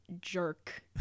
jerk